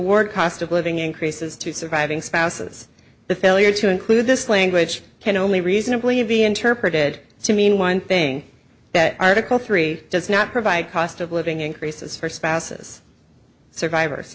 work cost of living increases to surviving spouses the failure to include this language can only reasonably be interpreted to mean one thing that article three does not provide cost of living increases for spouses survivors